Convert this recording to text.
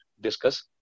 discuss